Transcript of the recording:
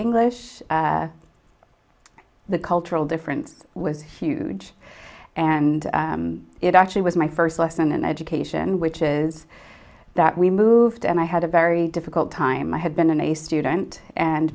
english the cultural difference was huge and it actually was my first lesson and education which is that we moved and i had a very difficult time i had been a student and